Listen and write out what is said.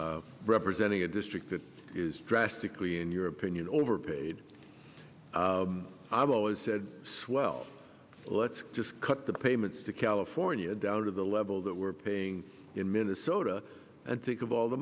representing a district that is drastically in your opinion overpaid i've always said swell let's just cut the payments to california down to the level that we're paying in minnesota and think of all the